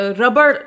rubber